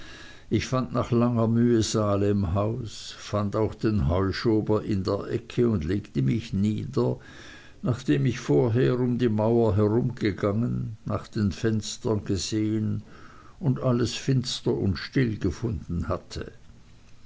ich fand nach langer mühe salemhaus fand auch den heuschober in der ecke und legte mich nieder nachdem ich vorher um die mauer herumgegangen nach den fenstern gesehen und alles finster und still gefunden hatte